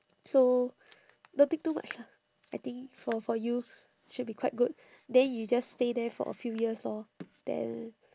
so don't think too much lah I think for for you should be quite good then you just stay there for a few years lor then